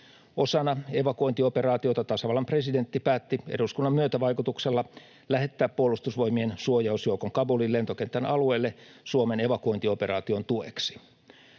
Osana evakuointioperaatiota tasavallan presidentti päätti eduskunnan myötävaikutuksella lähettää Puolustusvoimien suojausjoukon Kabulin lentokentän alueelle Suomen evakuointioperaation tueksi.